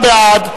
בעד,